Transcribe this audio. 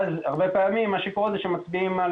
ואז הרבה פעמים מה שקורה זה שמצביעים על